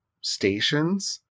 stations